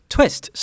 Twist